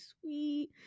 sweet